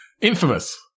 Infamous